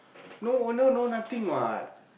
no owner no nothing what